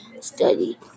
study